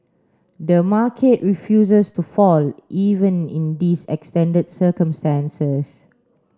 the market refuses to fall even in these extended circumstances